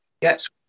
Yes